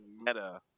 meta